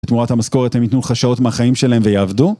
בתמורת המשכורת הם יתנו חשאות מהחיים שלהם ויעבדו